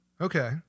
Okay